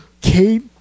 Kate